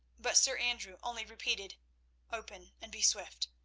but sir andrew only repeated open, and be swift.